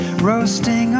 Roasting